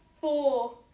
four